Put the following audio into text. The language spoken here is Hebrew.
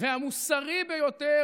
והמוסרי ביותר,